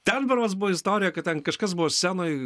ten berods buvo istorija kad ten kažkas buvo scenoj